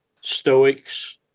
Stoics